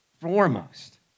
foremost